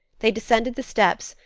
they descended the steps,